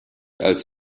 als